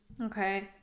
Okay